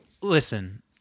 Listen